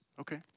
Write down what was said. okay